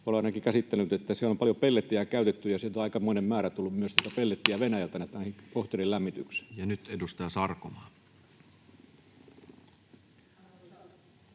olen ainakin käsittänyt, että siellä on paljon pellettiä käytetty ja on aikamoinen määrä tullut pellettiä myös Venäjältä kohteiden lämmitykseen. Nyt edustaja Sarkomaa.